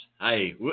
Hey